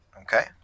Okay